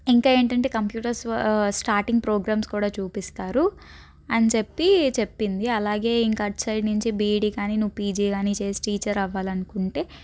ఇంకా ఏంటంటే computers starting programs కూడా చూపిస్తారు అని చెప్పి చెప్పింది అలాగే ఇంకా అటు సైడ్ నుంచి బీఈడీ కానీ నువ్వు పీజీ కాని చేసి నువ్వు టీచర్ అవ్వాలనుకుంటే